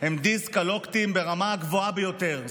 הם דיסקלקוליים ברמה הגבוהה ביותר.